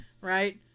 right